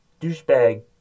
douchebag